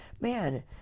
Man